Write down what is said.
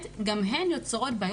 לא רק אפילו בגיל של האישה.